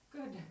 Good